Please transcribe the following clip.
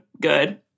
good